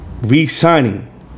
re-signing